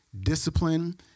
discipline